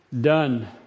done